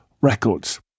records